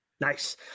Nice